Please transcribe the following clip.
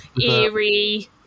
eerie